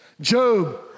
Job